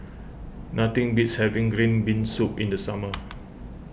nothing beats having Green Bean Soup in the summer